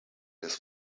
his